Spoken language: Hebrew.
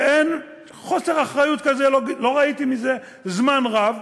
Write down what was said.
שאין, חוסר אחריות כזה לא ראיתי מזה זמן רב,